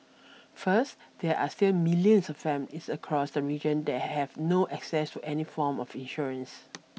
first there are still millions of families across the region that have no access to any form of insurance